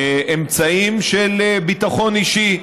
אמצעים של ביטחון אישי: